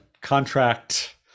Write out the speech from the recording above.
contract